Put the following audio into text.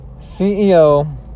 CEO